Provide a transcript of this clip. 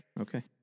Okay